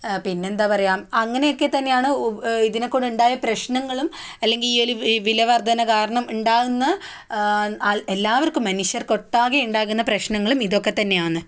പിന്നെ എന്താണ് പറയുക അങ്ങനെയൊക്കെ തന്നെയാണ് ഓ ഇതിനെ കൊണ്ട് ഉണ്ടായ പ്രശ്നങ്ങളും അല്ലെങ്കിൽ ഈ ഒരു വില വർധന കാരണം ഉണ്ടാകുന്ന എല്ലാവർക്കും മനുഷ്യർക്ക് ഒട്ടാകെ ഉണ്ടാകുന്ന പ്രശ്നങ്ങളും ഇതൊക്കെ തന്നെയാണ്